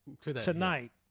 tonight